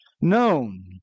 known